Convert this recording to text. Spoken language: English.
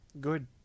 Good